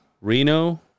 Reno